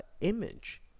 image